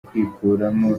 kwikuramo